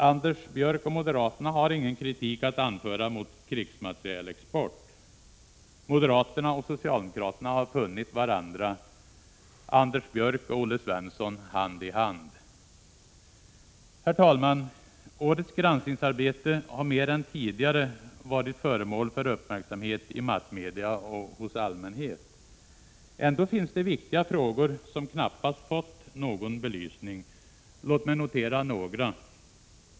Anders Björck och moderaterna har ingen kritik att anföra mot krigsmaterielexport. Moderaterna och socialdemokraterna har funnit varandra. Anders Björck och Olle Svensson hand i hand! Herr talman! Årets granskningsarbete har mer än tidigare varit föremål för uppmärksamhet i massmedia och hos allmänhet. Ändå finns det viktiga frågor som knappast fått någon belysning. Låt mig notera några.